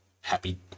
happy